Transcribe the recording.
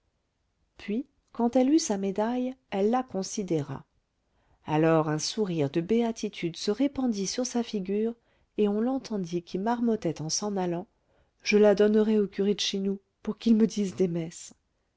puis quand elle eut sa médaille elle la considéra alors un sourire de béatitude se répandit sur sa figure et on l'entendit qui marmottait en s'en allant je la donnerai au curé de chez nous pour qu'il me dise des messes